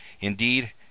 Indeed